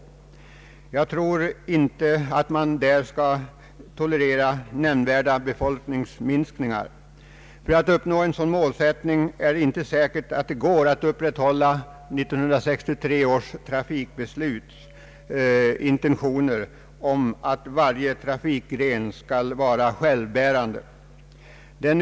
Jag tycker inte att man bör tolerera nämnvärda befolkningsminskningar. För att upprätthålla en sådan målsättning erfordras ett näringsliv med tillräckliga sysselsättningsmöjligheter. Detta fordrar i sin tur goda kommunikationer. För att uppnå en sådan målsättning är det inte säkert att det går att upprätthålla 1963 års trafikbeslut med dess intentioner om att varje trafikgren skall vara självbärande.